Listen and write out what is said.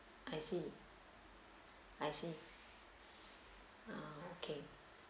I see I see uh okay